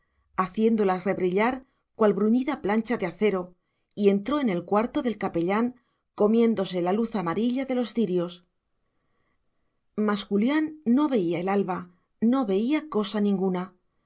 haciéndolas rebrillar cual bruñida plancha de acero y entró en el cuarto del capellán comiéndose la luz amarilla de los cirios mas julián no veía el alba no veía cosa ninguna